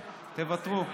תוותרו.